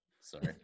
Sorry